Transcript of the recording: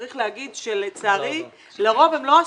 צריך להגיד שלצערי לרוב הם לא השמחים.